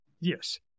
Yes